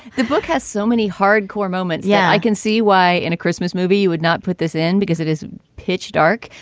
the book has so many hard core moments. yeah, i can see why in a christmas movie you would not put this in because it is pitch dark.